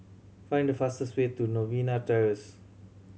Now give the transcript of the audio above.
find the fastest way to Novena Terrace